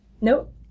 Nope